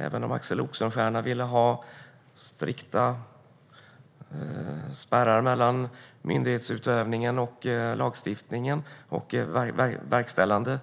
Även om Axel Oxenstierna ville ha strikta spärrar mellan myndighetsutövningen, lagstiftningen och den verkställande